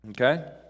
Okay